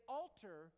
alter